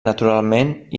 naturalment